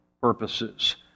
purposes